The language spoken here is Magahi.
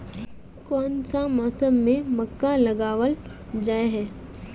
कोन सा मौसम में मक्का लगावल जाय है?